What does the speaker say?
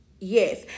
Yes